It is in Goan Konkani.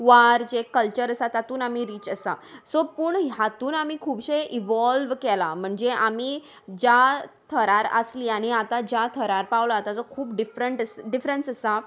वार जे कल्चर आसा तातूंत आमी रीच आसा सो पूण हातूंत आमी खुबशे इन्वोल्व केलां म्हणजे आमी ज्या थरार आसलीं आनी आतां ज्या थरार पावलां ताचो खूब डिफरंट डिफरंस आसा